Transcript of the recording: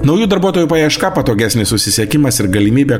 naujų darbuotojų paiešką patogesnis susisiekimas ir galimybė